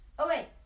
okay